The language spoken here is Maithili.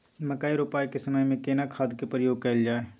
मकई रोपाई के समय में केना खाद के प्रयोग कैल जाय?